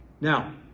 Now